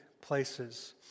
places